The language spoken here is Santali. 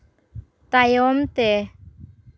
ᱛᱟᱭᱚᱢ ᱛᱮ